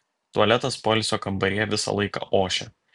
tualetas poilsio kambaryje visą laiką ošia